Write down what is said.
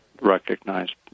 recognized